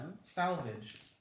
salvage